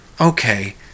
okay